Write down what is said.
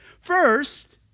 First